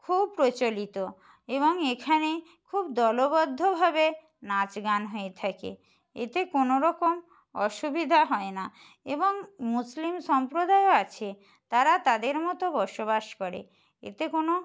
খুব প্রচলিত এবং এখানে খুব দলবদ্ধভাবে নাচ গান হয়ে থাকে এতে কোনো রকম অসুবিধা হয় না এবং মুসলিম সম্প্রদায়ও আছে তারা তাদের মতো বসবাস করে এতে কোনো